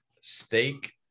steak